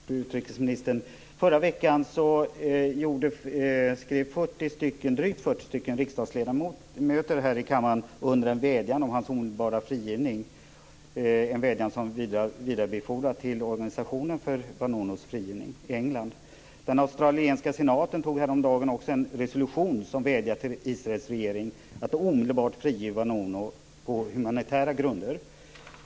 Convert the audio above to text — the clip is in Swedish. Fru talman! Tack, utrikesministern. Förra veckan skrev drygt 40 riksdagsledamöter här i kammaren under en vädjan om hans omedelbara frigivning, en vädjan som vi vidarebefordrat till organisationen för Vanunus frigivning i England. Den australiensiska senaten antog häromdagen en resolution som vädjar till Israels regering att omedelbart frige Vanunu på humanitära grunder.